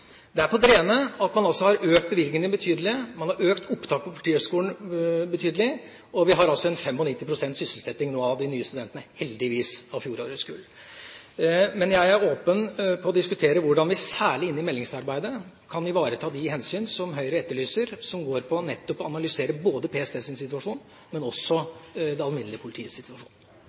Det er på det rene at man har økt bevilgningene betydelig, man har økt opptaket til Politihøgskolen betydelig, og vi har nå heldigvis en 95 pst. sysselsetting av de nye studentene fra fjorårets kull. Men jeg er åpen på å diskutere hvordan vi særlig i meldingsarbeidet kan ivareta de hensyn som Høyre etterlyser, som nettopp går på å analysere både PSTs og det alminnelige politiets situasjon.